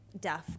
deaf